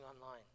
online